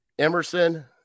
Emerson